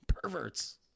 Perverts